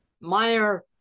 Meyer